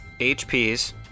HPs